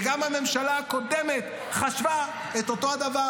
וגם הממשלה הקודמת חשבה את אותו הדבר